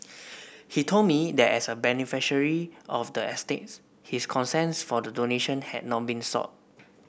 he told me that as a beneficiary of the estate his consent for the donation had not been sought